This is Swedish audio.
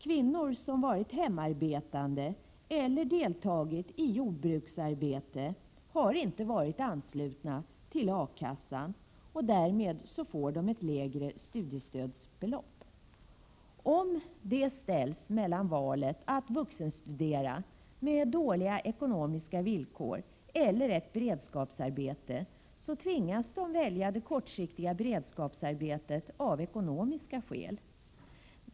Kvinnor som varit hemarbetande eller deltagit i jordbruksarbete har inte varit anslutna till A-kassan. Därmed får de ett lägre studiestödsbelopp. Om de ställs mellan valet att vuxenstudera med dåliga ekonomiska villkor eller att 101 Prot. 1987/88:104 börja ett beredskapsarbete tvingas de av ekonomiska skäl att välja det kortsiktiga beredskapsarbetet.